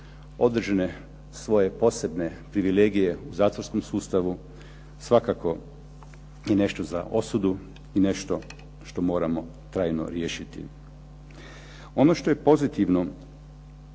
određene svoje posebne privilegije u zatvorskom sustavu, svakako i nešto za osudu i nešto što moramo trajno riješiti. Ono što je pozitivno